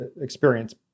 experience